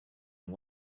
and